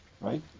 Right